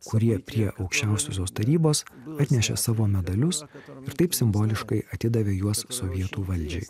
kurie prie aukščiausiosios tarybos atnešė savo medalius ir taip simboliškai atidavė juos sovietų valdžiai